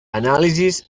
anàlisis